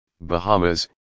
Bahamas